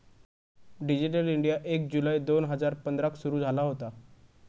digital India एक जुलै दोन हजार पंधराक सुरू झाला होता